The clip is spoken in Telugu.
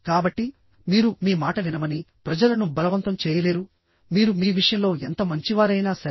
కాబట్టి మీరు మీ మాట వినమని ప్రజలను బలవంతం చేయలేరు మీరు మీ విషయంలో ఎంత మంచివారైనా సరే